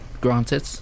Granted